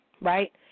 right